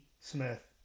Smith